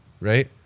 right